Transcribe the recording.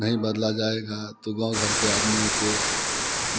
नहीं बदला जाएगा तो गाँव घर के आदमियों को